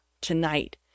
tonight